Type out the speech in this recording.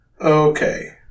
Okay